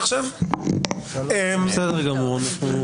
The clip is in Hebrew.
גמור.